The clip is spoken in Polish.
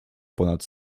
ponad